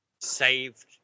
saved